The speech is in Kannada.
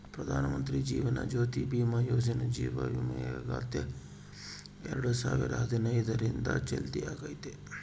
ಪ್ರಧಾನಮಂತ್ರಿ ಜೀವನ ಜ್ಯೋತಿ ಭೀಮಾ ಯೋಜನೆ ಜೀವ ವಿಮೆಯಾಗೆತೆ ಎರಡು ಸಾವಿರದ ಹದಿನೈದರಿಂದ ಚಾಲ್ತ್ಯಾಗೈತೆ